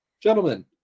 gentlemen